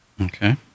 okay